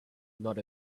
not